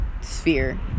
sphere